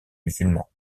musulmans